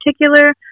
particular